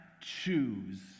choose